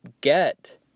get